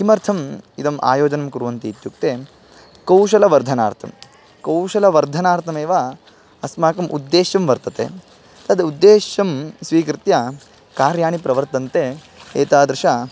किमर्थम् इदम् आयोजनं कुर्वन्ति इत्युक्ते कौशलवर्धनार्थं कौशलवर्धनार्थमेव अस्माकम् उद्देश्यं वर्तते तद् उद्देश्यं स्वीकृत्य कार्याणि प्रवर्तन्ते एतादृश